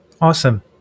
Awesome